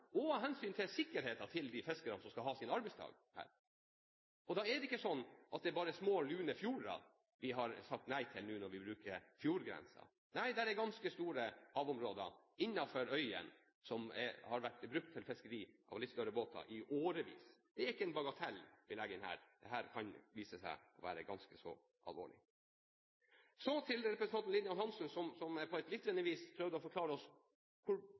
av hensyn til å få råstoffet på land og av hensyn til sikkerheten til fiskerne som skal ha sin arbeidsdag der. Da er det ikke sånn at det bare er små, lune fjorder vi har sagt nei til når det gjelder fjordgrensen. Det er ganske store havområder innenfor øyene der det har vært fisket med bruk av litt større båter i årevis. Det er ikke en bagatell vi legger inn her. Dette kan vise seg å være ganske så alvorlig. Så til representanten Lillian Hansen, som